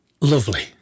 Lovely